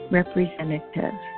representative